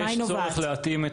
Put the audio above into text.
יש צורך להתאים את